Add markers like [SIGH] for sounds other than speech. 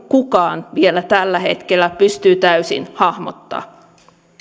[UNINTELLIGIBLE] kukaan vielä tällä hetkellä pystyy täysin hahmottamaan